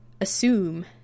assume